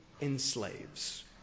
enslaves